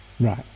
Right